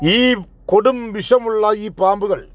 ഈ കൊടുംവിഷമുള്ള ഈ പാമ്പുകൾ